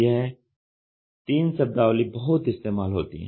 यह 3 शब्दावली बहुत इस्तेमाल होती हैं